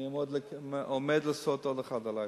אני עומד לעשות עוד אחד הלילה.